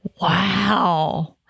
wow